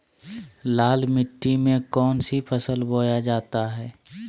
लाल मिट्टी में कौन सी फसल बोया जाता हैं?